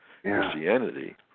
Christianity